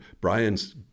Brian's